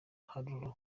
kabo